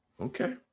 okay